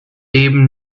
eben